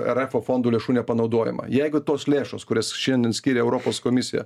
erefo fondų lėšų nepanaudojimą jeigu tos lėšos kurias šiandien skiria europos komisija